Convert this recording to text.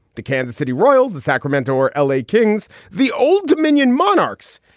the kansas city royals, the sacramento or l a. kings, the old dominion monarchs.